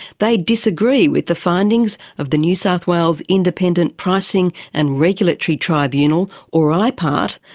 they disagree with the findings of the new south wales independent pricing and regulatory tribunal, or ipart,